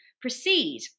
proceed